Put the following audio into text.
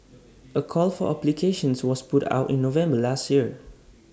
A call for applications was put out in November last year